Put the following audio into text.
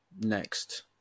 next